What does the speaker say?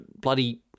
bloody